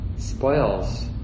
spoils